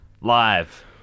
live